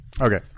Okay